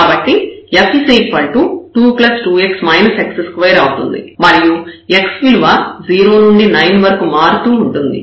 కాబట్టి f 22x x2 అవుతుంది మరియు x విలువ 0 నుండి 9 వరకు మారుతూ ఉంటుంది